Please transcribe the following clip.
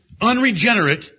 unregenerate